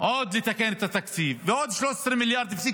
עוד לתקן את התקציב, ועוד 13.3